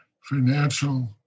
financial